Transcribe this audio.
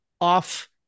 off